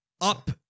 up